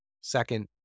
second